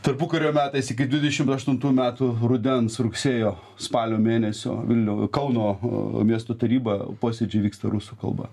tarpukario metais iki dvidešim aštuntųjų metų rudens rugsėjo spalio mėnesio vilniau kauno miesto taryba posėdžiai vyksta rusų kalba